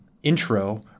intro